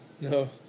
No